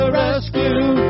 rescue